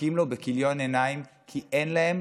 מחכים לו בכיליון עיניים, כי אין להם